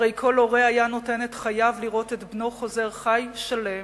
הרי כל הורה היה נותן את חייו לראות את בנו חוזר חי ושלם,